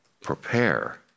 prepare